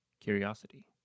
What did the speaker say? curiosity